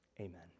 Amen